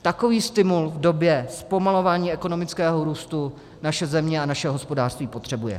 Takový stimul v době zpomalování ekonomického růstu naše země a naše hospodářství potřebuje.